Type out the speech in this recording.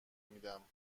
میدم